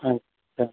اچھا